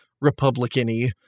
Republican-y